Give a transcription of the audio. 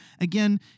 Again